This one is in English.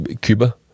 Cuba